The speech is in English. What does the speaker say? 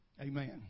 Amen